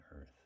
earth